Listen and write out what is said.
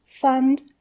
fund